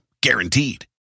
Guaranteed